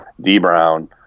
D-Brown